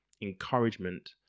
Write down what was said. encouragement